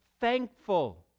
thankful